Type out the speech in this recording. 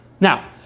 Now